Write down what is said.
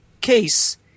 case